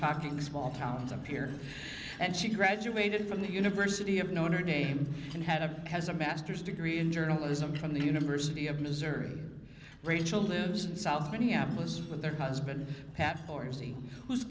talking small towns appear and she graduated from the university of notre dame and had a has a master's degree in journalism from the university of missouri rachel news in south minneapolis with their husband